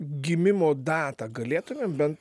gimimo datą galėtumėm bent